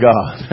God